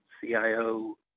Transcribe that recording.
CIO